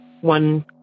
one